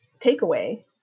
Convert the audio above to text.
takeaway